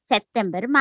September